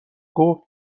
گفت